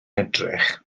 edrych